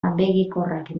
abegikorrak